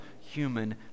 human